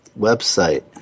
website